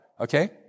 Okay